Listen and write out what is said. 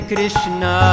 Krishna